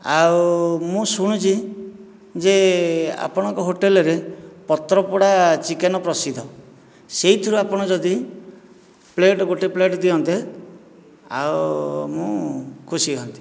ଆଉ ମୁଁ ଶୁଣିଛି ଯେ ଆପଣଙ୍କ ହୋଟେଲରେ ପତ୍ର ପୋଡ଼ା ଚିକେନ ପ୍ରସିଦ୍ଧ ସେହିଥିରୁ ଆପଣ ଯଦି ପ୍ଲେଟ ଗୋଟିଏ ପ୍ଲେଟ ଦିଅନ୍ତେ ଆଉ ମୁଁ ଖୁସି ହୁଅନ୍ତି